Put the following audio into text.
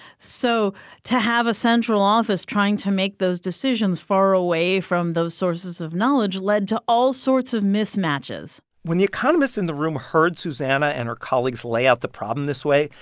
so to have a central office trying to make those decisions far away from those sources of knowledge led to all sorts of mismatches when the economists in the room heard susannah and her colleagues lay out the problem this way,